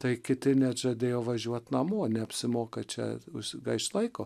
tai kiti net žadėjo važiuot namo neapsimoka čia gaišt laiko